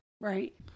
right